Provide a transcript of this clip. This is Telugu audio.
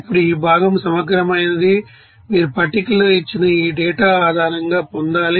ఇప్పుడు ఈ భాగం సమగ్రమైనది మీరు పట్టికలో ఇచ్చిన ఈ డేటా ఆధారంగా పొందాలి